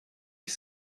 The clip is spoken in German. ich